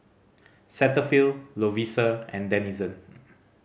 Cetaphil Lovisa and Denizen